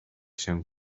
się